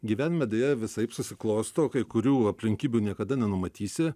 gyvenime deja visaip susiklosto kai kurių aplinkybių niekada nenumatysi